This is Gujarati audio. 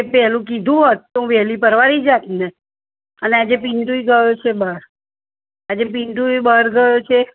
પહેલું કીધું હોત તો વહેલી પરવારી જાતને અને આજે પિન્ટુ ય ગયો છે બહાર આજે પિન્ટુ ય બહાર ગયો છે